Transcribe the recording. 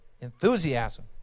enthusiasm